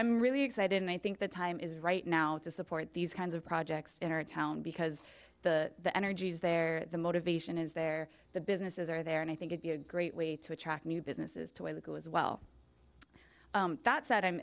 i'm really excited and i think the time is right now to support these kinds of projects in our town because the energies there the motivation is there the businesses are there and i think it be a great way to attract new businesses to where we go as well that said i'm